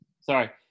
Sorry